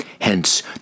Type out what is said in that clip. Hence